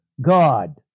God